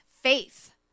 faith